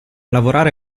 lavorare